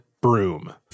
broom